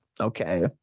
Okay